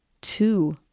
two